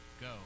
go